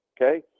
Okay